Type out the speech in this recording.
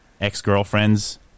ex-girlfriends